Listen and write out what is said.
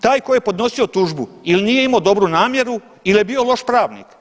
Taj koji je podnosio tužbu ili nije imao dobru namjeru ili je bio loš pravnik.